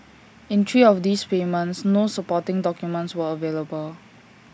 in three of these payments no supporting documents were available